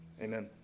amen